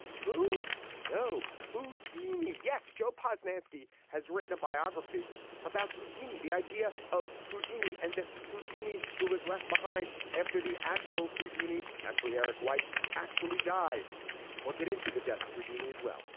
who know who? dean? yes. joe posnanski has written a biography about houdini. the idea of houdini and the houdini who was left behind after the actual houdini. actually, eric weiss actually died we'll get into the death of houdini as well.